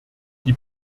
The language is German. die